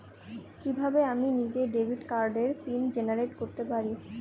কিভাবে আমি নিজেই ডেবিট কার্ডের পিন জেনারেট করতে পারি?